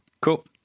Cool